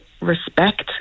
respect